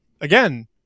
again